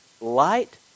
Light